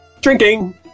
Drinking